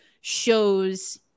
shows